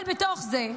אבל בתוך זה,